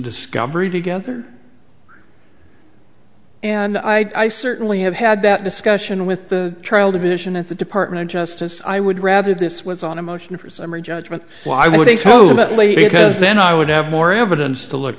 discovery together and i certainly have had that discussion with the trial division at the department of justice i would rather this was on a motion for summary judgment why would they supposedly because then i would have more evidence to look